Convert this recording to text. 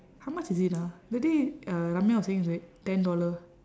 how much is it ah that day uh ramiya was saying it's like ten dollar